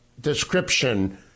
description